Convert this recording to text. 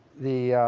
the,